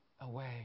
away